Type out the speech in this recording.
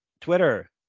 twitter